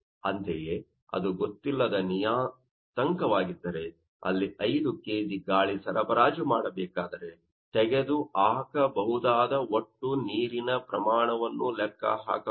ಅಂತೆಯೇ ಅದು ಗೊತ್ತಿಲ್ಲದ ನಿಯಾತಂಕವಾಗಿದ್ದರೆ ಅಲ್ಲಿ 5 kg ಗಾಳಿ ಸರಬರಾಜು ಮಾಡಬೇಕಾದರೆ ತೆಗೆದು ಹಾಕಬಹುದಾದ ಒಟ್ಟು ನೀರಿನ ಪ್ರಮಾಣವನ್ನು ಲೆಕ್ಕ ಹಾಕಬಹುದು